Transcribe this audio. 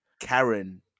Karen